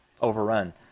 overrun